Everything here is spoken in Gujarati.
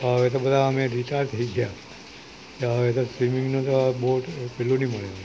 હવે તો બધા અમે રિટાયર થઈ ગયા હવે તો સ્વિમિંગનું તો બોટ પેલું નહીં મળે હવે